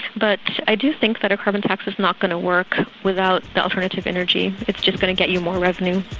but i do think that a carbon tax is not going to work without the alternative energy, it's just going to get you more revenue.